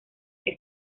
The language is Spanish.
que